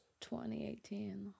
2018